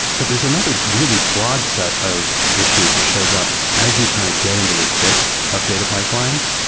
but there's another really broad set of issues that shows up as you kind of get into the thick of data pipelines,